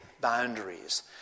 boundaries